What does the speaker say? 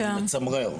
זה מצמרר.